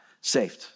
saved